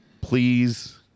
Please